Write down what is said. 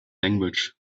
language